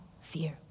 fear